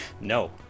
No